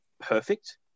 perfect